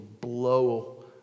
blow